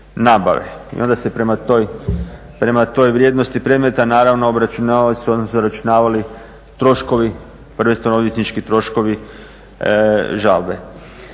I onda se prema toj vrijednosti predmeta obračunavali su odnosno uračunavali troškovi prvenstveno … troškovi žalbe.